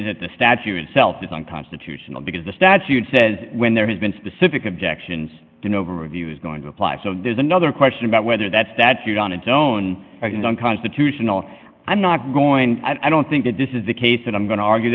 is that the statute itself is unconstitutional because the statute says when there has been specific objections going over a view is going to apply so there's another question about whether that statute on its own unconstitutional i'm not going i don't think that this is the case and i'm going to argue